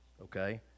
Okay